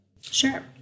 Sure